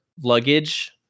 luggage